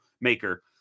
maker